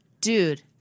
dude